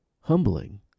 humbling